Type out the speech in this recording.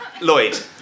Lloyd